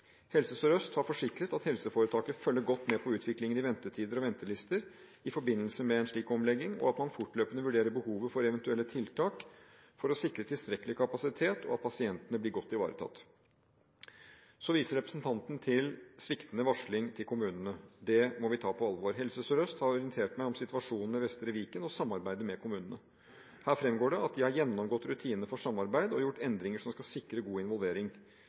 utviklingen i ventetider og ventelister i forbindelse med en slik omlegging, og at man fortløpende vurderer behovet for eventuelle tiltak for å sikre tilstrekkelig kapasitet og at pasientene blir godt ivaretatt. Så viser representanten til sviktende varsling til kommunene. Det må vi ta på alvor. Helse Sør-Øst har orientert meg om situasjonen ved Vestre Viken og samarbeidet med kommunene. Her fremgår det at de har gjennomgått rutiner for samarbeid og gjort endringer som skal sikre god involvering.